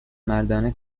مردانه